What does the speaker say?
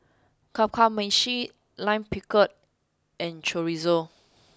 Kamameshi Lime Pickle and Chorizo